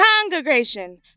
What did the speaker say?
congregation